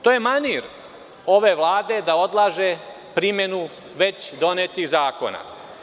To je manir ove Vlade da odlaže primenu već donetih zakona.